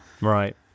right